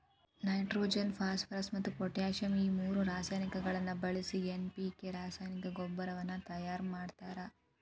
nitrogen phosphorus ಮತ್ತ್ potassium ಈ ಮೂರು ರಾಸಾಯನಿಕಗಳನ್ನ ಬಳಿಸಿ ಎನ್.ಪಿ.ಕೆ ರಾಸಾಯನಿಕ ಗೊಬ್ಬರವನ್ನ ತಯಾರ್ ಮಾಡ್ತಾರ